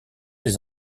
des